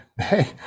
hey